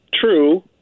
True